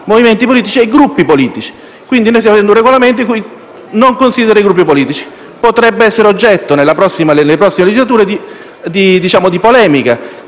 Grazie,